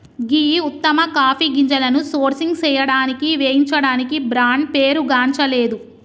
గీ ఉత్తమ కాఫీ గింజలను సోర్సింగ్ సేయడానికి వేయించడానికి బ్రాండ్ పేరుగాంచలేదు